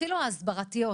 אפילו ההסברתיות.